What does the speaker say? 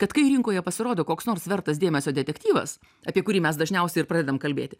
bet kai rinkoje pasirodo koks nors vertas dėmesio detektyvas apie kurį mes dažniausiai ir pradedam kalbėti